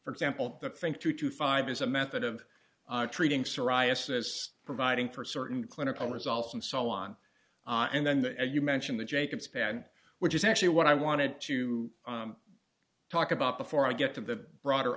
for example that think two to five is a method of treating psoriasis providing for certain clinical results and so on and then the you mention the jacobs pan which is actually what i wanted to talk about before i get to the broader